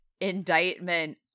indictment